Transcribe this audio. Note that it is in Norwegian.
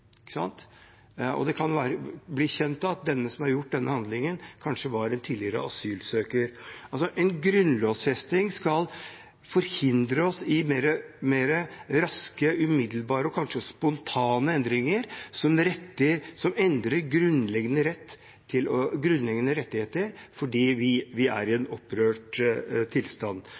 Det kan bli kjent at den som utførte denne handlingen, kanskje var en tidligere asylsøker. En grunnlovfesting skal forhindre raske, umiddelbare og kanskje spontane endringer som endrer grunnleggende rettigheter fordi vi er i en opprørt tilstand.